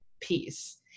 peace